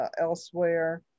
elsewhere